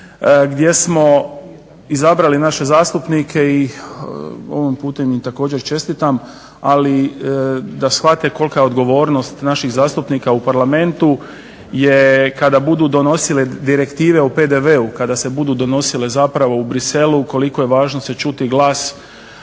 gdje smo izabrali naše zastupnike i ovim putem im također čestitam, ali da shvate kolika je odgovornost naših zastupnika u Parlamentu je kada budu donosile direktive o PDV-u, kada se budu donosile zapravo u Bruxellesu koliko je važno čuti glas